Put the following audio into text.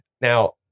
Now